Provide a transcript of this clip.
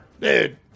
Dude